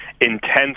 intense